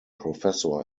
professor